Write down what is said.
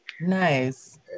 nice